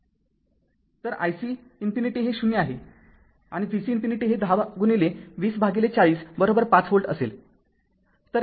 तर ic ∞ हे ० आहे आणि vc ∞ हे १० गुणिलें २० भागिले ४० ५ व्होल्ट असेल